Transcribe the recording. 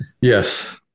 Yes